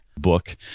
book